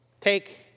Take